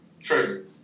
true